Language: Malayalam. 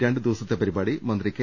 രണ്ട് ദിവസത്തെ പരിപാടി മന്ത്രി കെ